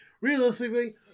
Realistically